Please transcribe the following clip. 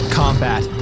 combat